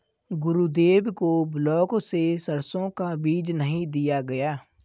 गुरुदेव को ब्लॉक से सरसों का बीज नहीं दिया गया